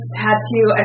tattoo